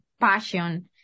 passion